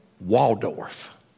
Waldorf